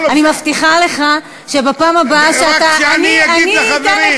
אני מבטיחה לך שבפעם הבאה, אני רק אגיד לחברים.